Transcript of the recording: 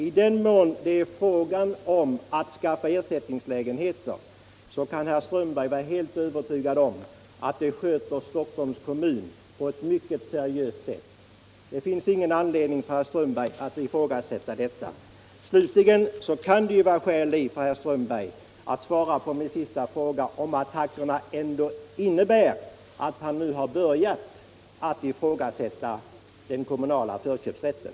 I den mån det blir fråga om att skaffa ersättningslägenheter kan herr Strömberg vara helt övertygad om att Stockholms kommun sköter det på ett mycket seriöst sätt. Det finns ingen anledning för herr Strömberg att ifrågasätta detta. Slutligen kan det, herr Strömberg, vara skäl i att svara på min sista fråga om inte attackerna ändå innebär att folkpartiet nu har börjat ifrågasätta den kommunala förköpsrätten.